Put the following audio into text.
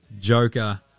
Joker